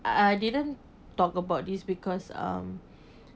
I I didn't talk about this because um